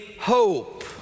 hope